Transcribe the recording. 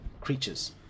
creatures